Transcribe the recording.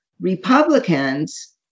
Republicans